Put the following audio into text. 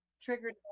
triggered